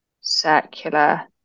circular